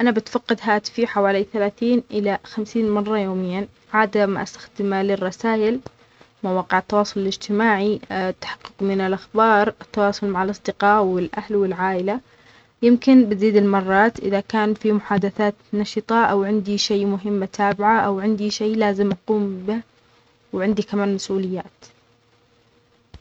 أنا بتفقد هاتفي حوالي ثلاثين إلى خمسين مرة يومياً، عادةً ما أستخدام الرسائل، مواقع التواصل الإجتماعي، التحقق من الأخبار، التواصل مع الأصدقاء والأهل والعائلة، يمكن بتزيد المرات إذا كان في محادثات نشطة أو عندى شيء مهم أتابعة أو عندى شيء لازم أقوم به وعندى كمان مسؤوليات.